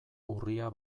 urria